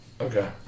Okay